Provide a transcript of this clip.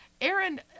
Aaron